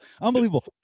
Unbelievable